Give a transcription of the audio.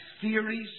theories